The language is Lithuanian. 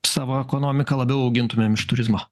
savo ekonomiką labiau augintumėm iš turizmo